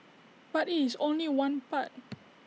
but IT is only one part